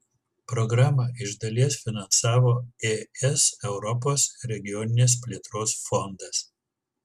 programą iš dalies finansavo es europos regioninės plėtros fondas